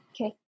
Okay